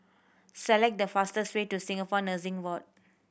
select the fastest way to Singapore Nursing Board